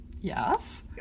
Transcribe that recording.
yes